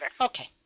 Okay